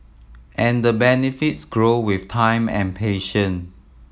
and the benefits grow with time and patience